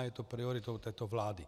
Je to prioritou této vlády.